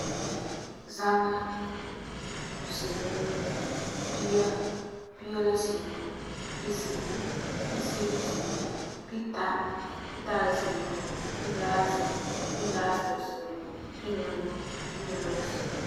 Zaŋa, sinuu, pia la sinuu, pisiyi, pisiyi la sinuu, pitã, pitã la sinuu, pinaasi, pinaasi la sinuu, pinuu, pinuu la sinuu.